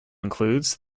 includes